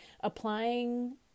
applying